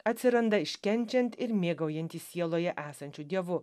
atsiranda iškenčiant ir mėgaujantis sieloje esančiu dievu